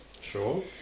Sure